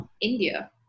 india